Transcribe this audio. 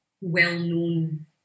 well-known